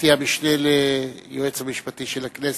גברתי המשנה ליועץ המשפטי של הכנסת,